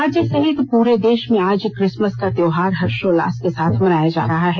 राज्य सहित पूर देश में आज क्रिसमस का त्योहार हर्षोल्लास के साथ मनाया जा रहा है